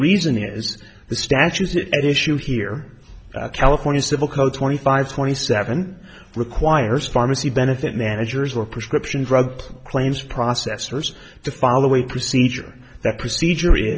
reason is the statues it at issue here california civil code twenty five twenty seven requires pharmacy benefit managers or prescription drug claims processors to follow a procedure that procedure